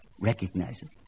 recognizes